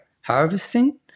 harvesting